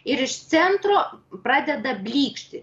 ir iš centro pradeda blykšti